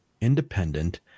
independent